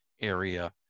area